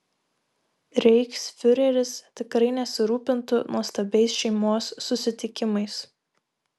reichsfiureris tikrai nesirūpintų nuostabiais šeimos susitikimais